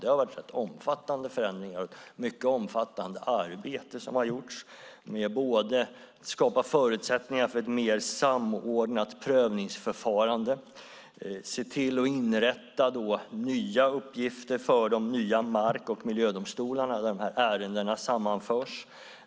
Det har varit omfattande förändringar, och ett mycket omfattande arbete har gjorts med att skapa förutsättningar för ett mer samordnat prövningsförfarande och att inrätta nya uppgifter för de nya mark och miljödomstolar där de här ärendena sammanförs.